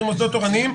בכיר ממוסדות תורניים,